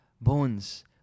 Bones